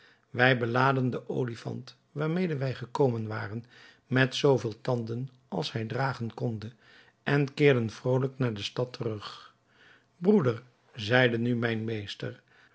wij belaadden den olifant waarmede wij gekomen waren met zoo vele tanden als hij dragen konde en keerden vrolijk naar de stad terug broeder zeide nu mijn meester